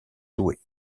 joués